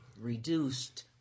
reduced